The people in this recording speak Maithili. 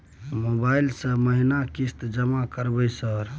मोबाइल से महीना किस्त जमा करबै सर?